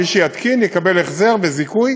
מי שיתקין יקבל החזר וזיכוי,